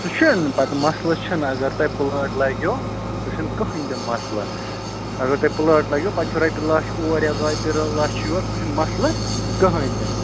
سُہ چھُ نہٕ پَتہٕ مَسلہٕ چھُ نہٕ اگر تۄہہِ پٕلاٹ لَگیو سُہ چھُنہٕ کٕہٕنۍ تہِ مَسلہٕ اگر تۄہہِ پٕلاٹ لَگیو پَتہٕ چھُ رۄپیہِ لَچھ اور یا رۄپیہِ لَچھ یور سُہ چھُنہٕ مَسلہٕ کٕہٕنۍ تہِ نہٕ